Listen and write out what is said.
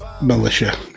militia